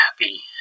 happy